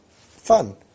Fun